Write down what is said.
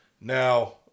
Now